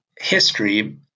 history